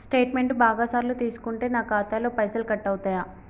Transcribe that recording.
Statement బాగా సార్లు తీసుకుంటే నాకు ఖాతాలో పైసలు కట్ అవుతయా?